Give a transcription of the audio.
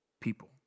people